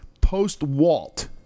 post-Walt